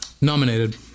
Nominated